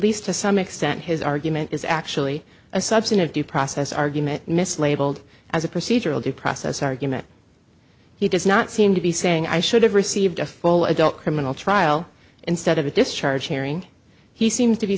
least to some extent his argument is actually a substantive due process argument mislabeled as a procedural due process argument he does not seem to be saying i should have received a full adult criminal trial instead of a discharge hearing he seemed to be